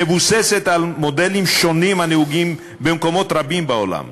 מבוססת על מודלים שונים הנהוגים במקומות רבים בעולם,